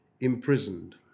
imprisoned